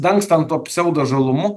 dangstant tuo psiaudo žalumu